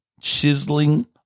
chiseling